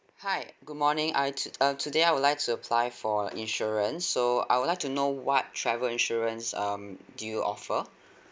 hi good morning I to~ uh today I would like to apply for insurance so I would like to know what travel insurance um do you offer